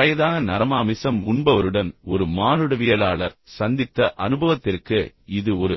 ஒரு வயதான நரமாமிசம் உண்பவருடன் ஒரு மானுடவியலாளர் சந்தித்த அனுபவத்திற்கு இது ஒரு